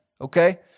Okay